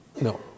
No